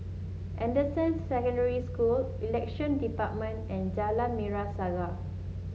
Anderson Secondary School Election Department and Jalan Merah Saga